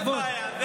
כבוד.